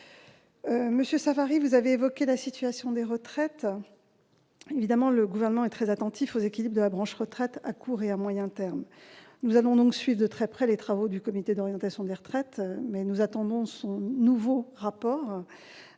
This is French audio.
Monsieur Savary, vous avez évoqué la situation des retraites. Le Gouvernement est évidemment très attentif aux équilibres de la branche retraite à court et moyen termes. Nous allons suivre de très près les travaux du Conseil d'orientation des retraites, dont nous attendons le nouveau rapport.